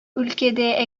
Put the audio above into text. ülkede